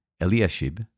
Eliashib